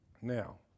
now